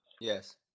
yes